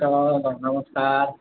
हुन्छ नमस्कार